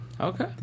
Okay